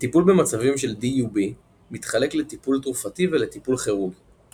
הטיפול במצבים של DUB מתחלק לטיפול תרופתי ולטיפול כירורגי